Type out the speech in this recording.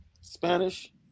spanish